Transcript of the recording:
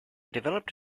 developed